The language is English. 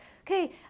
okay